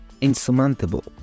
insurmountable